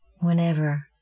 Whenever